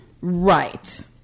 right